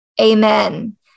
Amen